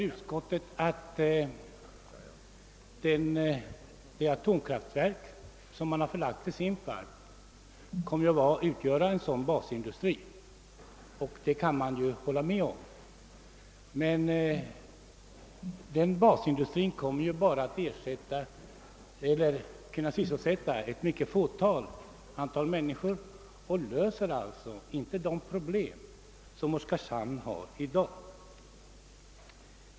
Utskottet framhåller att det atomkraftverk som förlagts till Simpvarp kommer att utgöra en sådan basindustri, och det kan man hålla med om. Men den basindustrin kommer bara att sysselsätta ett fåtal människor och löser alltså inte de problem Oskarshamn har i dag.